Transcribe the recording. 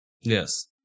Yes